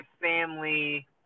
family